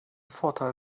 vorteil